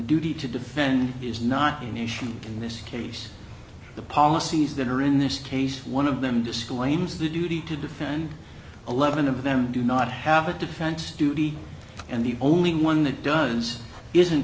duty to defend is not an issue in this case the policies that are in this case one of them disclaims the duty to defend eleven of them do not have a defense duty and the only one that does isn't